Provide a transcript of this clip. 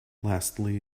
lastly